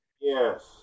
yes